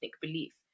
belief